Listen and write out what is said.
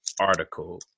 article